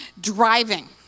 Driving